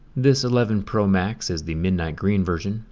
this eleven pro max is the midnight green version,